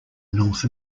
north